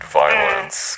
violence